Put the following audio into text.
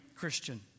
Christian